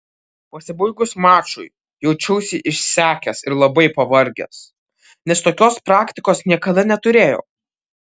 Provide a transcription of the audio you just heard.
pasibaigus mačui jaučiausi išsekęs ir labai pavargęs nes tokios praktikos niekada neturėjau